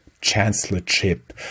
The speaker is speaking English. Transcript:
chancellorship